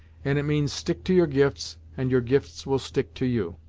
and it means stick to your gifts, and your gifts will stick to you.